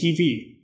TV